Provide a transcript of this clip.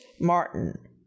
Martin